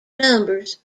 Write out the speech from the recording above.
numbers